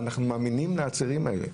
ואנחנו מאמינים לעצירים האלה,